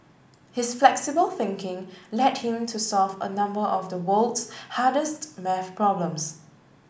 his flexible thinking led him to solve a number of the world's hardest maths problems